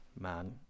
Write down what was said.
man